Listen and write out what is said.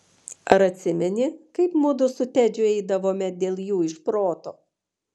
ar atsimeni kaip mudu su tedžiu eidavome dėl jų iš proto